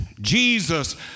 Jesus